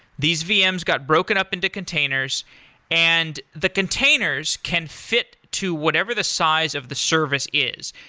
these vms got broken up into containers and the containers can fit to whatever the size of the service is,